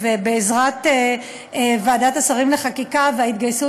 בעזרת ועדת השרים לענייני חקיקה וההתגייסות